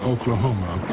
Oklahoma